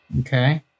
Okay